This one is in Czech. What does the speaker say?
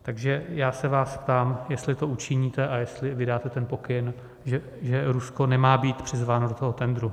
Takže já se vás ptám, jestli to učiníte a jestli vydáte ten pokyn, že Rusko nemá být přizváno do toho tendru.